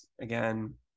again